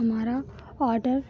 हमारा ओडर